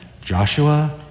Joshua